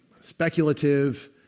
speculative